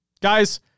Guys